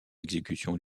exécution